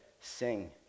sing